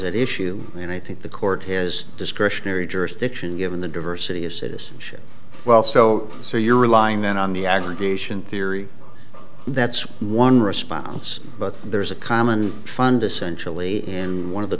dollars at issue and i think the court has discretionary jurisdiction given the diversity of citizenship well so so you're relying then on the aggregation theory that's one response but there's a common fundus sensually and one of the